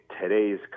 today's